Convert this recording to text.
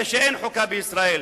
שהרי אין חוקה בישראל,